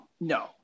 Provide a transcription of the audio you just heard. No